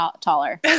taller